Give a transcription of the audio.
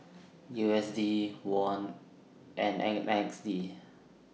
U S D Won and Z D